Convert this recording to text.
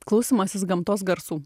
klausymasis gamtos garsų